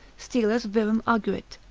stylus virum arguit,